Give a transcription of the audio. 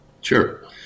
Sure